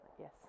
Yes